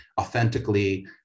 authentically